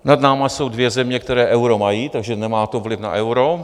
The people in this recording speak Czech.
Nad námi jsou dvě země, které euro mají, takže to nemá vliv na euro.